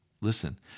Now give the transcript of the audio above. Listen